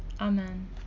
Amen